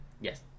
Yes